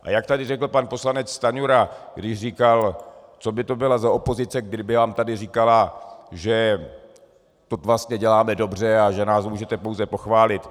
A jak tady řekl pan poslanec Stanjura, když říkal, co by to bylo za opozici, kdyby vám tady říkala, že to vlastně děláme dobře a že nás můžete pouze pochválit.